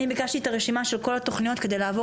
אני ביקשתי את הרשימה של כל התוכניות כדי לעבור